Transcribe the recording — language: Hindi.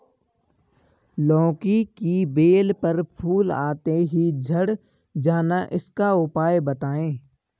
लौकी की बेल पर फूल आते ही झड़ जाना इसका उपाय बताएं?